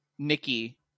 Nikki